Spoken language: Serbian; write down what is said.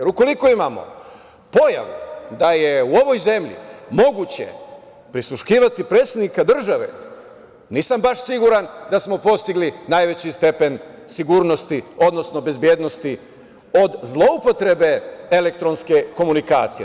Ukoliko imamo pojavu da je u ovoj zemlji moguće prisluškivati predsednika države, nisam baš siguran da smo postigli najviši stepen sigurnosti, odnosno bezbednosti od zloupotrebe elektronske komunikacije.